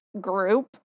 group